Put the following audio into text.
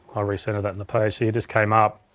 i'll recenter that in the page. see, it just came up.